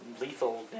lethal